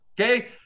okay